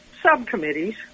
subcommittees